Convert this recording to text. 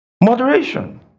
Moderation